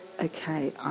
okay